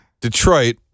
Detroit